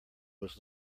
was